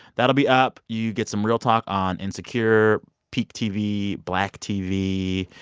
that'll be up. you get some real talk on insecure, peak tv, black tv,